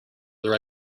their